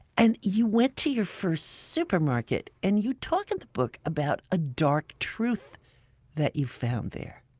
and you went to your first supermarket and you talk in the book about a dark truth that you found there